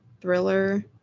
thriller